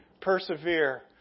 Persevere